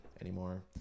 anymore